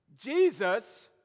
Jesus